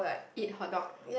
eat hot dog